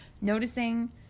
Noticing